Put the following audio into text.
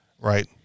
right